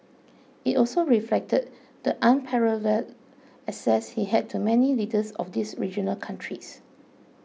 it also reflected the unparalleled access he had to many leaders of these regional countries